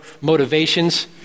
motivations